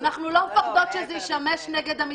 היא אומרת, שלא ישמש נגדן.